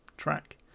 track